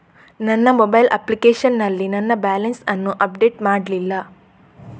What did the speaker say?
ನನ್ನ mobile application ನಲ್ಲಿ ನನ್ನ ಬ್ಯಾಲೆನ್ಸ್ ಅನ್ನು ಅಪ್ಡೇಟ್ ಮಾಡ್ಲಿಲ್ಲ